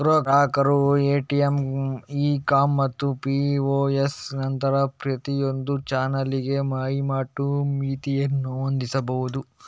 ಗ್ರಾಹಕರು ATM, e com ಮತ್ತು POS ನಂತಹ ಪ್ರತಿಯೊಂದು ಚಾನಲಿಗೆ ವಹಿವಾಟು ಮಿತಿಯನ್ನು ಹೊಂದಿಸಬಹುದು